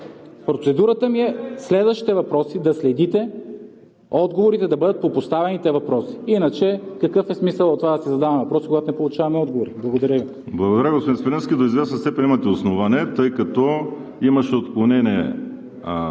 Процедурата ми е: при следващите въпроси да следите отговорите да бъдат по поставените въпроси. Иначе какъв е смисълът от това да си задаваме въпроси, когато не получаваме отговори? Благодаря Ви. ПРЕДСЕДАТЕЛ ВАЛЕРИ СИМЕОНОВ: Благодаря, господин Свиленски. До известна степен имате основание, тъй като имаше отклонение